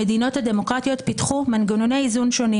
המדינות הדמוקרטיות פיתחו מנגנוני איזון שונים